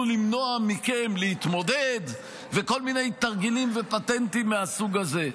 למנוע מכם להתמודד וכל מיני תרגילים ופטנטים מהסוג הזה.